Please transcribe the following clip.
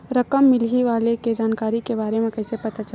रकम मिलही वाले के जानकारी के बारे मा कइसे पता चलही?